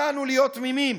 אל לנו להיות תמימים: